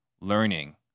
learning